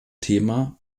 thema